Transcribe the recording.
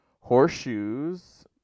horseshoes